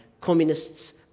communists